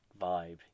vibe